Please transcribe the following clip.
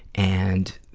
and,